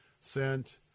sent